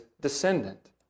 descendant